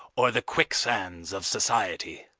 or, the quicksands of society.